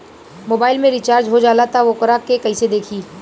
Mobile में recharge हो जाला त वोकरा के कइसे देखी?